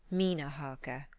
mina harker.